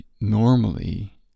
normally